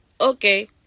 Okay